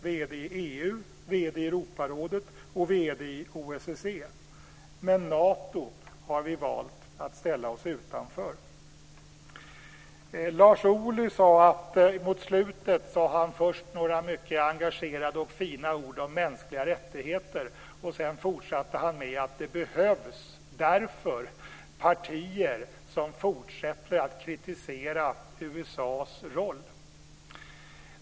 Vi är det i EU, i Europarådet och i OSSE. Men Nato har vi valt att ställa oss utanför. Lars Ohly sade mot slutet av sitt anförande några mycket engagerade och fina ord om mänskliga rättigheter. Sedan fortsatte han med att säga att det därför behövs partier som fortsätter att kritisera USA:s roll.